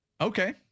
Okay